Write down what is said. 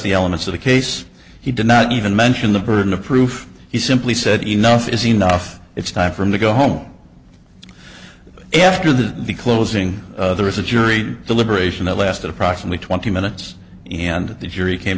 the elements of the case he did not even mention the burden of proof he simply said enough is enough it's time for him to go home after that the closing there is a jury deliberation that lasted approximately twenty minutes and the jury came